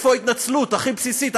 איפה ההתנצלות הכי בסיסית?